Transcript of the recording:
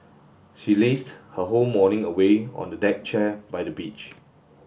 she lazed her whole morning away on a deck chair by the beach